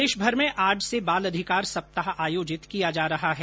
प्रदेशभर में आज से बाल अधिकार सप्ताह आयोजित किया जा रहा है